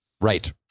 Right